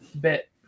bit